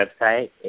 website